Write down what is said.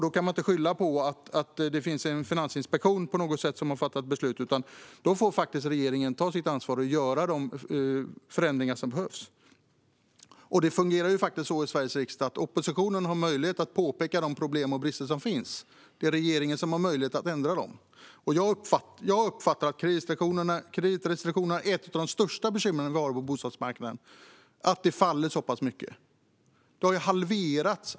Då kan man inte skylla på att Finansinspektionen har fattat beslut, utan regeringen får ta sitt ansvar och göra de förändringar som behövs. Det fungerar faktiskt så att oppositionen i Sveriges riksdag har möjlighet att påpeka de problem och brister som finns, men det är regeringen som har möjlighet att ändra dem. Jag uppfattar att kreditrestriktionerna är ett av de största bekymren på bostadsmarknaden, att bostadsbyggandet minskar så pass mycket.